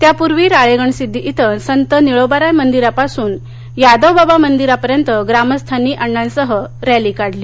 त्यापूर्वी राळेगणसिद्धी इथं संत निळोबाराय मंदिरापासून यादवबाबा मंदिरापर्यंत ग्रामस्थांनी अण्णांसह रॅली काढली